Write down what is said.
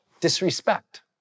Disrespect